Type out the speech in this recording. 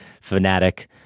fanatic